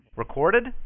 Recorded